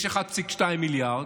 יש 1.2 מיליארד.